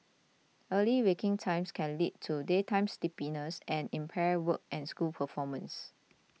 early waking times can lead to daytime sleepiness and impaired work and school performance